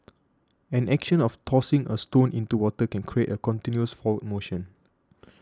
an action of tossing a stone into water can create a continuous forward motion